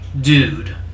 dude